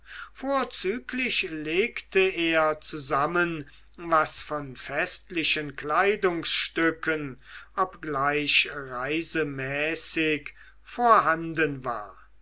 vorzüglich legte er zusammen was von festlichen kleidungsstücken obgleich reisemäßig vorhanden war